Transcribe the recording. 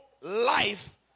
life